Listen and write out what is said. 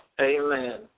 Amen